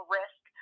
risk